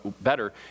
better